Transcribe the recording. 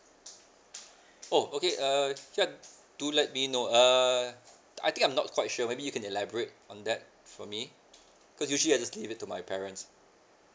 oh okay err ya do let me know err I think I'm not quite sure maybe you can elaborate on that for me cause usually I just give it to my parents